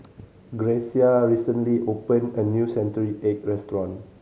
Grecia recently opened a new century egg restaurant